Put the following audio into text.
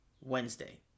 Wednesday